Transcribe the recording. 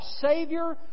Savior